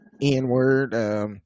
N-word